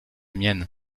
mienne